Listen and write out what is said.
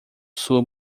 sua